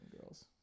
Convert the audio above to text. girls